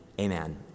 amen